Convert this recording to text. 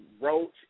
roach